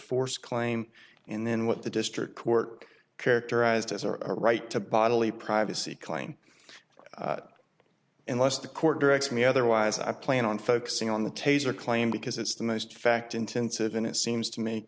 force claim and then what the district court characterized as our right to bodily privacy claim unless the court directs me otherwise i plan on focusing on the tazer claim because it's the most fact intensive and it seems to me